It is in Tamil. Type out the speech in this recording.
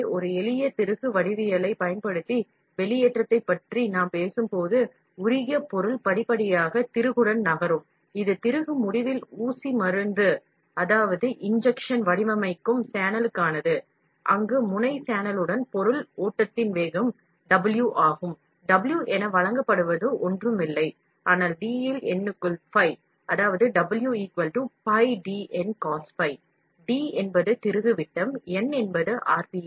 எனவே ஒரு எளிய திருகு வடிவவியலைப் பயன்படுத்தி வெளியேற்றத்தைப் பற்றி நாம் பேசும்போது உருகிய பொருள் படிப்படியாக திருகுடன் நகரும் இது திருகு முடிவில் injection வடிவமைக்கும் சேனலுக்கானது அங்கு முனை சேனலுடன் பொருள் ஓட்டத்தின் வேகம் W ஆகும் W என்பது D N pi மற்றும் Cos φ இன் பெருக்கமாகும் W piDNcosφ D என்பது திருகு விட்டம் N என்பது ஆர்